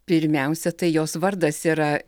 pirmiausia tai jos vardas yra